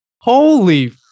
holy